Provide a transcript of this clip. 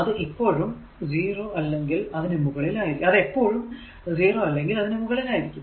അത് ഇപ്പോഴും 0 അല്ലെങ്കിൽ അതിനു മുകളിൽ ആയിരിക്കും